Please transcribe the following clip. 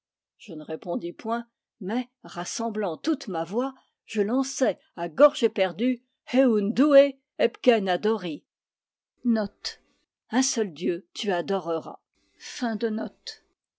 je ne répondis point mais rassemblant toute ma voix je lançai à gorge éperdue eun douè hepkén adori un seul dieu tu adoreras